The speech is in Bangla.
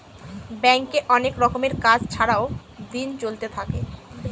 ব্যাঙ্কে অনেক রকমের কাজ ছাড়াও দিন চলতে থাকে